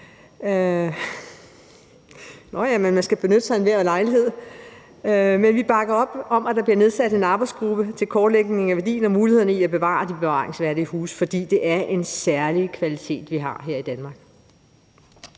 ja tak; man skal benytte sig af enhver lejlighed. Men vi bakker op om, at der bliver nedsat en arbejdsgruppe til kortlægning af værdien af og mulighederne for at bevare de bevaringsværdige huse, for det er en særlig kvalitet, vi har her i Danmark.